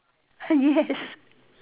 yes